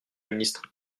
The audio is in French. ministre